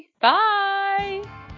Bye